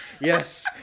yes